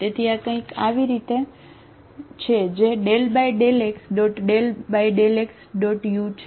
તેથી આ કંઈક આવી રીતે છે જે ∂x∂x∙u છે